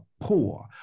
poor